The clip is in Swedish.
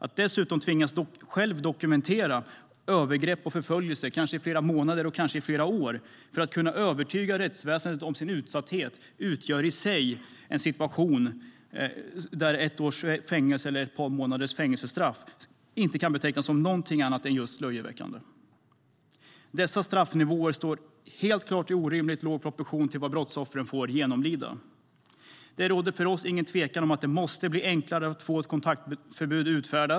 Att dessutom själv tvingas dokumentera övergrepp och förföljelser, kanske i flera månader eller år, för att kunna övertyga rättsväsendet om sin utsatthet utgör i sig en situation där ett års fängelse, eller några månaders fängelsestraff, inte kan betecknas som någonting annat än just löjeväckande. Dessa straffnivåer står helt klart i orimligt låg proportion till vad brottsoffren får genomlida. Det råder för oss inga tvivel om att det måste bli enklare att få kontaktförbud utfärdat.